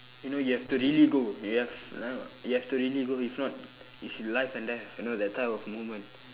you know you have to really go you have like you have to really go if not it's life and death you know that type of moment